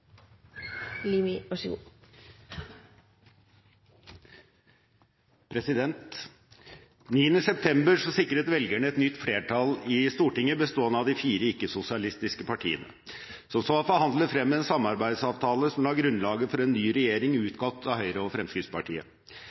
september sikret velgerne et nytt flertall i Stortinget bestående av de fire ikke-sosialistiske partiene, som så har forhandlet frem en samarbeidsavtale som la grunnlaget for en ny regjering utgått av Høyre og Fremskrittspartiet.